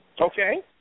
Okay